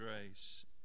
grace